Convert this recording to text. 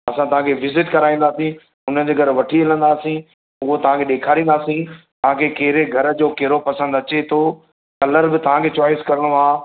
असां तव्हांखे विज़ीट कराईंदासीं हुनजे घरु वठी हलंदासीं पोइ तव्हांखे ॾेखारिंदासीं तव्हांखे कहिड़ो घर जो कहिड़ो पसंदि अचे थो कलर बि तव्हांखे चॉईस करिणो आहे